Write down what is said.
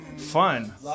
fun